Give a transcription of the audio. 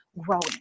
growing